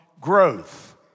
growth